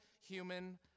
human